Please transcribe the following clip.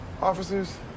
Officers